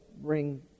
bring